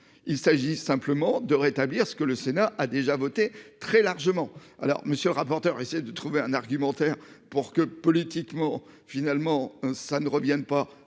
Il s'agit simplement de rétablir ce que le Sénat a déjà voté très largement. Alors monsieur le rapporteur, essayer de trouver un argumentaire pour que politiquement, finalement ça ne reviennent pas